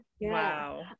Wow